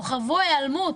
או חוו היעלמות,